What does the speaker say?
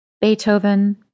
Beethoven